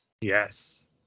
Yes